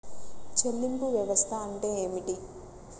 చెల్లింపు వ్యవస్థ అంటే ఏమిటి?